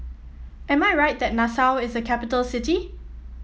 am I right that Nassau is a capital city